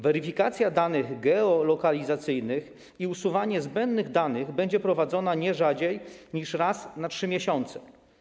Weryfikacja danych geolokalizacyjnych i usuwanie zbędnych danych będą prowadzone nie rzadziej niż raz na 3 miesiące.